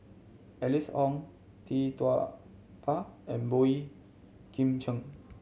Alice Ong Tee Tua Ba and Boey Kim Cheng